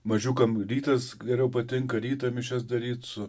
mažiukam rytas geriau patinka ryto mišias daryti su